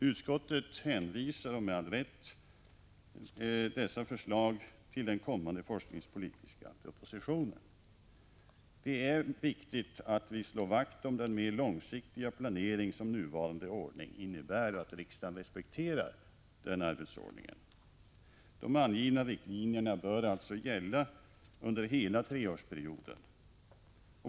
Utskottet hänvisar med all rätt dessa förslag till prövning i samband med den kommande forskningspolitiska propositionen. Det är viktigt att vi slår vakt om den mera långsiktiga planering som nuvarande ordning innebär och att riksdagen respekterar den arbetsordningen. De angivna riktlinjerna bör alltså gälla under hela treårsperioden.